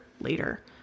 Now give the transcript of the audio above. later